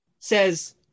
Says